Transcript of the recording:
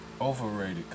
Overrated